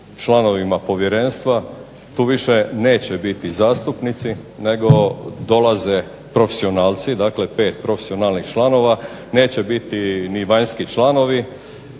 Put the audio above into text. članovima povjerenstva. Tu više neće biti zastupnici, nego dolaze profesionalci. Dakle, pet profesionalnih članova. Neće biti ni vanjski članovi